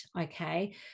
okay